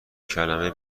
کلمه